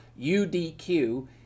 UDQ